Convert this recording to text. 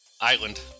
Island